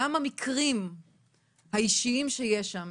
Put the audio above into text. גם המקרים האישיים שיש שם,